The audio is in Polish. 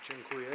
Dziękuję.